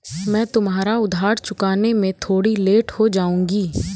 मैं तुम्हारा उधार चुकाने में थोड़ी लेट हो जाऊँगी